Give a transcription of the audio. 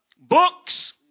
Books